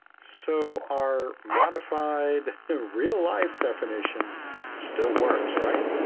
so our modified real-life definition still works, right?